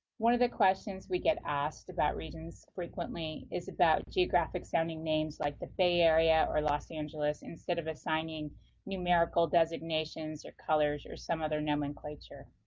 one of the questions we get asked about regions frequently is about geographic sounding names, like the bay area and los angeles instead of assigning numerical designations or colors or some other nomenclature.